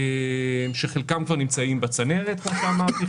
שחלקם נמצאים כבר בצנרת כפי שאמרתי,